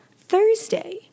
Thursday